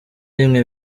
rimwe